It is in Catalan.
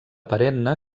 perenne